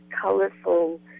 colorful